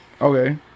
Okay